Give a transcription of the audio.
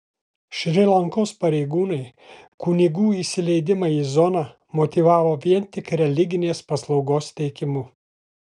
šri lankos pareigūnai kunigų įsileidimą į zoną motyvavo vien tik religinės paslaugos teikimu